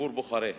עבור בוחריהן.